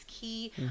key